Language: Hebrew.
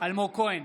אלמוג כהן,